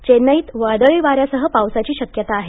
चेन्नई त वादळी वाऱ्यासह पावसाची शक्यता आहे